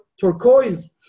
turquoise